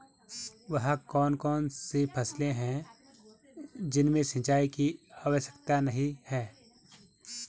वह कौन कौन सी फसलें हैं जिनमें सिंचाई की आवश्यकता नहीं है?